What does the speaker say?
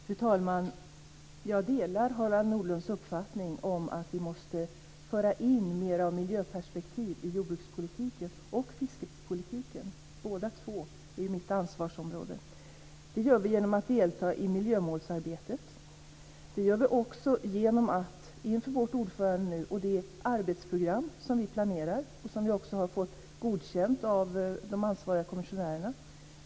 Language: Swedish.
Fru talman! Jag delar Harald Nordlunds uppfattning att vi måste föra in mer av miljöperspektiv i jordbrukspolitiken och fiskepolitiken. Båda två är mitt ansvarsområde. Det gör vi genom att delta i miljömålsarbetet. Det gör vi inför vårt ordförandeskap genom det arbetsprogram som vi planerar och som vi också fått godkänt av de ansvariga kommissionärerna.